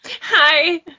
Hi